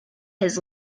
has